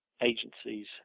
agencies